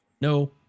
No